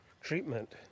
treatment